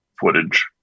footage